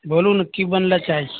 बोलू न की बनै लए चाहै छी